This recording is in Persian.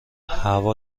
هوا